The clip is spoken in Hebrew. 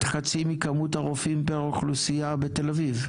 חצי מכמות הרופאים פר אוכלוסייה בתל אביב.